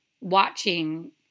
watching